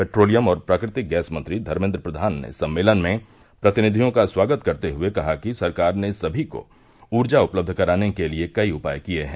petroleum और प्राकृतिक gas मंत्री धर्मेद्र प्रवान ने सम्मेलन में प्रतिनिधियों का स्वागत करते हए कहा कि सरकार ने सभी को ऊर्जा उपलब्ध कराने के लिए कई उपाय किए हैं